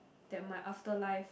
that my afterlife